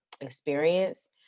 experience